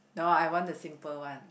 no I want the simple one